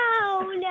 no